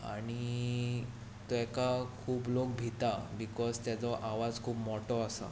आनी ताका खूब लोक भितात बिकोज ताजो आवाज खूब मोठो आसा